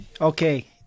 Okay